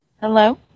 Hello